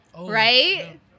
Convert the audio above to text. Right